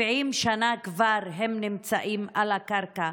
70 שנה כבר הן נמצאות על הקרקע,